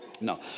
No